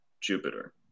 Jupiter